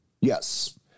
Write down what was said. Yes